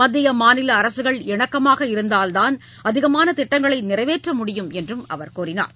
மத்திய மாநில அரசுகள் இணக்கமாக இருந்தால்தான் அதிகமான திட்டங்களை நிறைவேற்ற முடியும் என்று அவர் தெரிவித்தார்